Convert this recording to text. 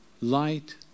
light